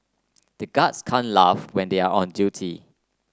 the guards can't laugh when they are on duty